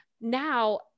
now